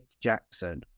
Jackson